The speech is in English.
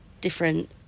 different